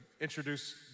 introduce